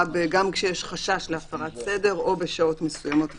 גם כשיש חשש להפרת סדר או בשעות מסוימות וכו'.